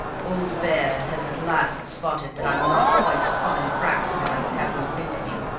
old baird has at last spotted that i'm not quite the common cracksman i would have him think me.